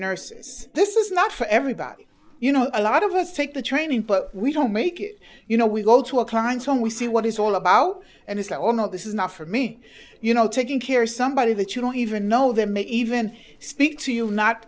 nurses this is not for everybody you know a lot of us take the training but we don't make it you know we go to our clients when we see what it's all about and it's like oh no this is not for me you know taking care of somebody that you don't even know them even speak to you not